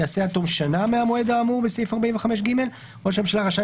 ייעשה עד תום שנה מהמועד האמור בסעיף 45(ג); ראש הממשלה רשאי,